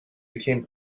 became